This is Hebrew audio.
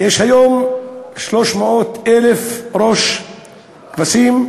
יש היום 300,000 ראש כבשים,